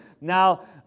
Now